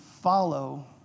follow